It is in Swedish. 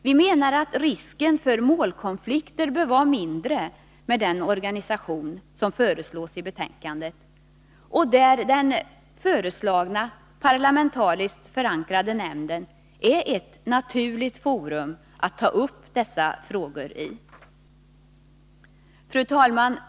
Vi menar att risken för målkonflikter bör vara mindre med den organisation som föreslås i betänkandet, där den föreslagna, parlamentariskt förankrade, nämnden är ett naturligt forum att ta upp dessa frågor i. Fru talman!